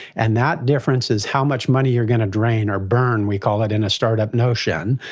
and that difference is how much money you're going to drain or burn, we call it in a start-up notion,